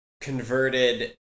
converted